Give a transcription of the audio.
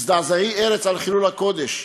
הזדעזעי ארץ על חילול הקודש,